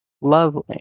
Lovely